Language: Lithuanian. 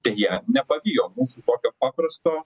deja nepavijo mūsų tokio paprasto